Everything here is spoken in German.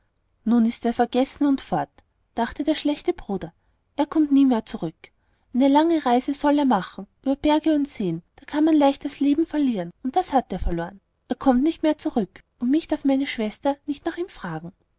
nun ist er vergessen und fort dachte der schlechte bruder er kommt nie mehr zurück eine lange reise sollte er machen über berge und seen da kann man leicht das leben verlieren und das hat er verloren er kommt nicht mehr zurück und mich darf meine schwester nicht nach ihm fragen